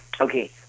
Okay